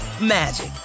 magic